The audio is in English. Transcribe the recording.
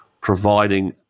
providing